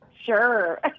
sure